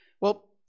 Well